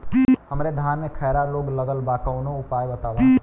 हमरे धान में खैरा रोग लगल बा कवनो उपाय बतावा?